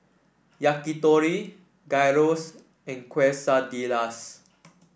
Yakitori Gyros and Quesadillas